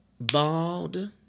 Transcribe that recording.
bald